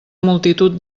multitud